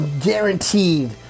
guaranteed